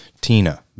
tina